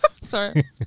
Sorry